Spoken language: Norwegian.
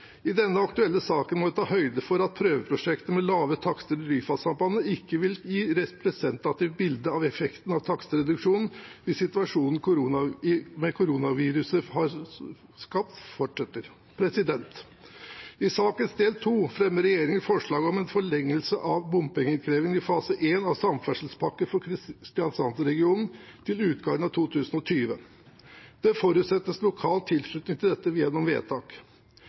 I denne aktuelle saken må vi ta høyde for at prøveprosjektet med lave takster i Ryfast-sambandet ikke vil gi et representativt bilde av effektene av takstreduksjonen hvis situasjonen koronaviruset har skapt, fortsetter. I sakens del 2 fremmer regjeringen forslag om en forlengelse av bompengeinnkreving i fase 1 av samferdselspakke for Kristiansands-regionen til utgangen av 2020. Det forutsettes lokal tilslutning til dette gjennom vedtak.